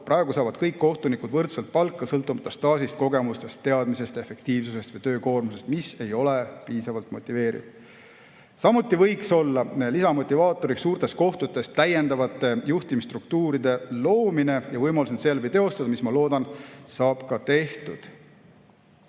Praegu saavad kõik kohtunikud võrdset palka, sõltumata staažist, kogemustest, teadmistest, efektiivsusest või töökoormusest, mis ei ole piisavalt motiveeriv. Samuti võiks olla lisamotivaator suurtes kohtutes täiendavate juhtimisstruktuuride loomine ja võimalus end seeläbi teostada, mis, ma loodan, saab ka tehtud.